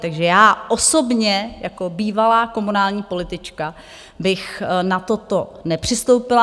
Takže já osobně jako bývalá komunální politička bych na toto nepřistoupila.